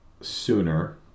sooner